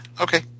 okay